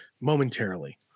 momentarily